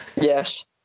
yes